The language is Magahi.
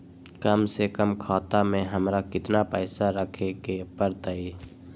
कम से कम खाता में हमरा कितना पैसा रखे के परतई?